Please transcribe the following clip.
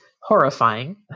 horrifying